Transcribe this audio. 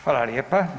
Hvala lijepa.